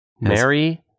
Mary